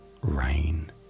rain